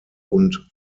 und